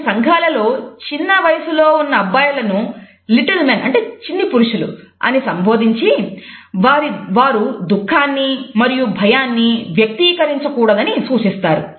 కొన్ని సంఘాలలో చిన్నవయసులో ఉన్న అబ్బాయిలను లిటిల్ మెన్ అని సంబోధించి వారు దుఃఖాన్ని మరియు భయాన్ని వ్యక్తీకరించకూడదని సూచిస్తారు